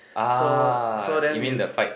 ah you mean the fight